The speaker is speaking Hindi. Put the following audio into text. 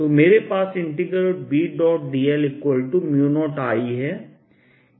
तो मेरे पास Bdl0I है